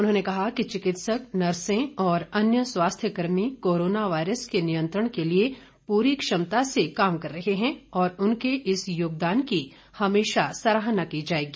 उन्होंने कहा कि चिकित्सक नर्से और अन्य स्वास्थ्यकर्मी कोरोना वायरस के नियंत्रण के लिए पूरी क्षमता से काम कर रहे हैं और उनके इस योगदान की हमेशा सराहना की जायेगी